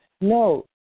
No